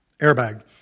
airbag